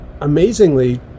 Amazingly